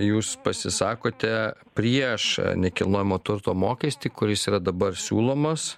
jūs pasisakote prieš nekilnojamo turto mokestį kuris yra dabar siūlomas